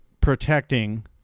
protecting